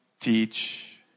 teach